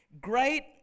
Great